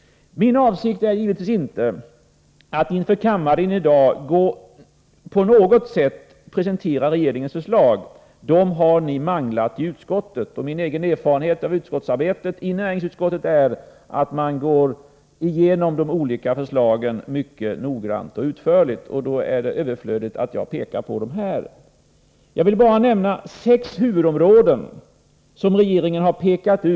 Min avsikt är givetvis inte att inför kammaren i dag på något sätt presentera regeringens förslag. Dem har ni manglat i utskottet. Min egen erfarenhet av arbetet i näringsutskottet är att man går igenom de olika förslagen mycket noggrant och utförligt. Därför är det överflödigt att jag tar upp dem här. Jag vill bara nämna sex huvudområden som regeringen har pekat ut.